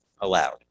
allowed